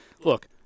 Look